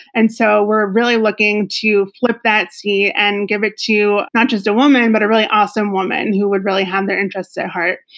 and so we're really looking to flip that seat and give it to not just a woman, and but a really awesome woman who would really have their interests at heart.